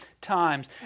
times